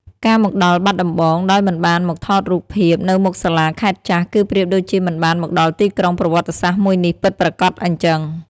ការមកដល់បាត់ដំបងដោយមិនបានមកថតរូបភាពនៅមុខសាលាខេត្តចាស់ គឺប្រៀបដូចជាមិនបានមកដល់ទីក្រុងប្រវត្តិសាស្ត្រមួយនេះពិតប្រាកដអញ្ចឹង។